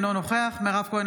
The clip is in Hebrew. אינו נוכח מירב כהן,